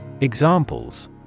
Examples